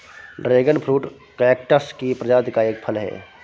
dragon fruit cactus की प्रजाति का एक फल है